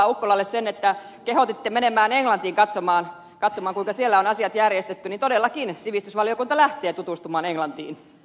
ukkolalle sen että kehotitte menemään englantiin katsomaan kuinka siellä on asiat järjestetty niin todellakin sivistysvaliokunta lähtee tutustumaan englantiin